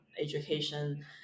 education